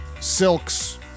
Silk's